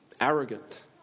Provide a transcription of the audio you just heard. arrogant